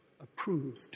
approved